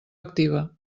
activa